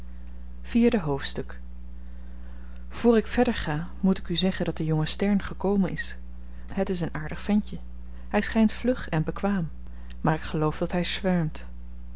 vierde hoofdstuk voor ik verder ga moet ik u zeggen dat de jonge stern gekomen is het is een aardig ventje hy schynt vlug en bekwaam maar ik geloof dat hy